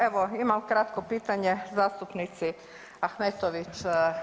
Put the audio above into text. Evo imam kratko pitanje zastupnici Ahmetović.